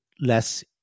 less